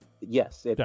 Yes